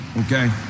Okay